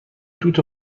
توت